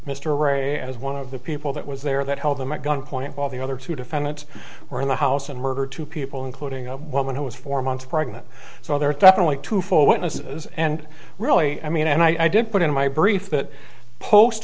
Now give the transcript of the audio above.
mr ray as one of the people that was there that held them at gunpoint while the other two defendants were in the house and murdered two people including one who was four months pregnant so there are definitely two four witnesses and really i mean and i didn't put in my brief that post